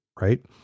right